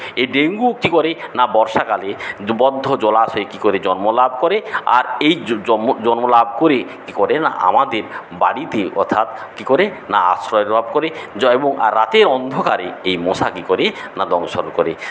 এই ডেঙ্গু কী করে না বর্ষাকালে বদ্ধ জলাশয়ে কী করে জন্ম লাভ করে আর এই জন্ম লাভ করে করে কী করে না আমাদের বাড়িতে অর্থাৎকী করে আশ্রয় লাভ করে জন্ম রাতের অন্ধকারে এই মশা কী করে না দংশন করে